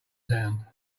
sound